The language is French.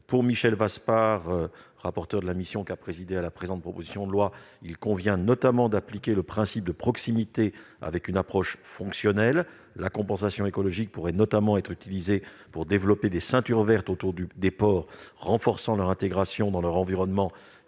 Pour Michel Vaspart, rapporteur de la mission qui a présidé à la rédaction de la présente proposition de loi, il convient d'appliquer le principe de proximité avec une approche fonctionnelle :« La compensation écologique pourrait notamment être utilisée pour développer des ceintures vertes autour des ports, renforçant leur intégration dans leur environnement